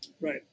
Right